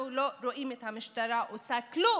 אנחנו רואים את המשטרה עושה כלום,